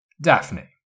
Daphne